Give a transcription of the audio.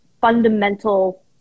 fundamental